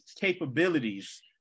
capabilities